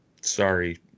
sorry